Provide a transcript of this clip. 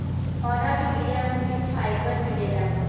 पौधा के बिया में भी फाइबर मिलेला